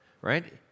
right